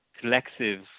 collective